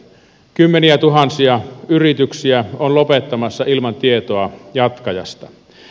kymmeniätuhansia yrityksiä on lopettamassa ilman tietoa jatkajasta